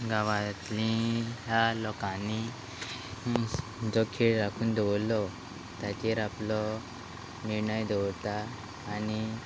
गांवांतली ह्या लोकांनी जो खेळ राखून दवरलो ताचेर आपलो निर्णय दवरता आनी